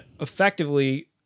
effectively